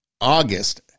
August